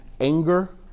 anger